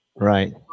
Right